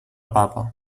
papa